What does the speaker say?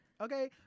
Okay